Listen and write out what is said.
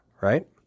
right